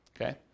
okay